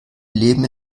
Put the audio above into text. leben